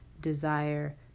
desire